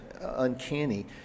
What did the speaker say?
uncanny